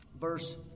Verse